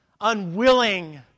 unwilling